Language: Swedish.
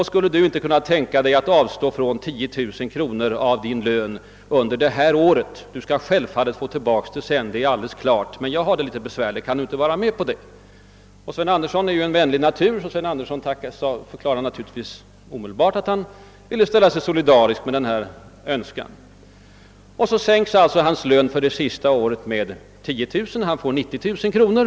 Skulle Du inte kunna tänka Dig att avstå från 10 000 kronor av Din lön under detta år? Du skall självfallet få tillbaka beloppet sedan, men jag har det litet besvärligt just nu. Kan Du inte vara med på det?» Sven Andersson är ju en vänlig natur, och han förklarar naturligtvis omedelbart, att han vill ställa sig solidarisk med denna önskan. Hans lön sänks alltså för det sista året till 90 000 kronor.